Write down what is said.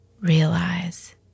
realize